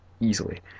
easily